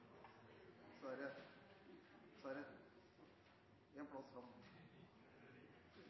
Så er det